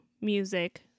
music